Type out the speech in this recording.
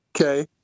Okay